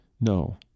no